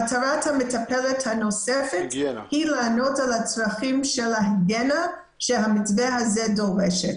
מטרת המטפלת הנוספת היא לענות על הצרכים של ההיגיינה שהמתווה הזה דורש.